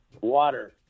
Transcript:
water